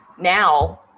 now